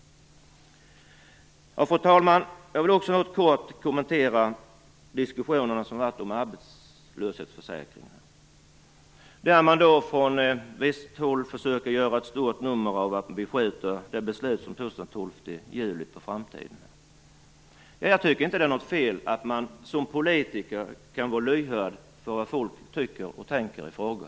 Fru talman! Jag vill också kort kommentera diskussionen om arbetslöshetsförsäkringarna. Man har från visst håll försökt göra ett stort nummer av att vi skjuter det beslut som fattades den 12 juli på framtiden. Jag tycker inte att det är något fel i att som politiker vara lyhörd för vad folk tycker och tänker i olika frågor.